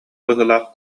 быһыылаах